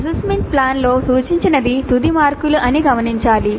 assessment ప్లాన్లో సూచించినది తుది మార్కులు అని గమనించాలి